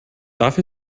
darf